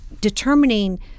determining